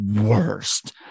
worst